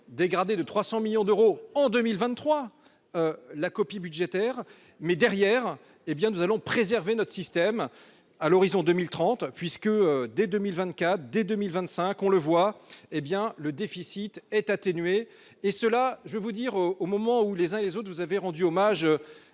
dégradé de 300 millions d'euros en 2023. La copie budgétaire mais derrière, hé bien nous allons préserver notre système à l'horizon 2030 puisque dès 2024, dès 2025, on le voit, hé bien le déficit est atténuée et cela, je vais vous dire au au moment où les uns et les autres vous avez rendu hommage